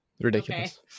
ridiculous